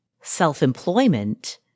self-employment